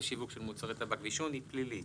השיווק של מוצרי טבק ועישון היא פלילית.